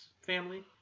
family